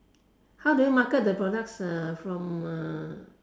how do you market the products uh from uh